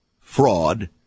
fraud